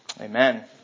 Amen